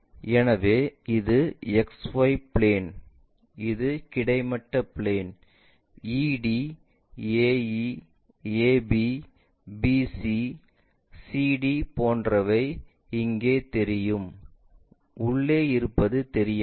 எனவே இது X Y plane இது கிடைமட்ட plane ED AE AB BC CD போன்றவை இங்கே தெரியும் உள்ளே இருப்பது தெரியாது